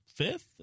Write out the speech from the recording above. Fifth